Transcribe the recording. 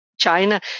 China